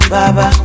Baba